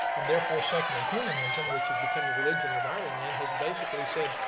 and therefore secular humanism which has become the religion of our land has basically said,